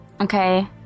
Okay